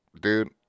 Dude